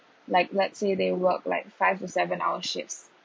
like let's say they work like five to seven hour shifts